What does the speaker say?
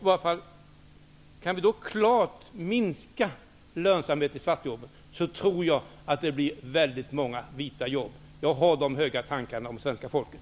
Kan vi då klart minska lönsamheten för svartjobben tror jag att det kommer att bli väldigt många vita jobb. Jag har de höga tankarna om svenska folket.